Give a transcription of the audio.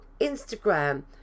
Instagram